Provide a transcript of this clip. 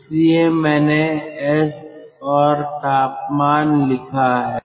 इसलिए मैंने S और तापमान लिखा है